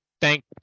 Thank